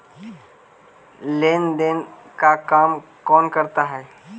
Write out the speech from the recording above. लेन देन का काम कौन करता है?